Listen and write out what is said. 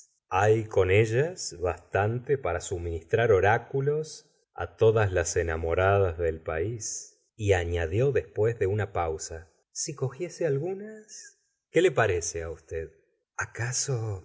hay con ellas bastante para suministrar oráculos todas las enamoradas del país y añadió después de una pausa si cogiese algunas qué le parece á usted gustavo flaubert acaso